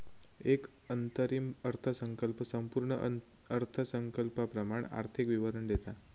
एक अंतरिम अर्थसंकल्प संपूर्ण अर्थसंकल्पाप्रमाण आर्थिक विवरण देता